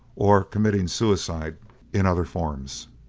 or committing suicide in other forms.